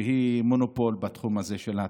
שהיא מונופול בתחום הזה של התשתית,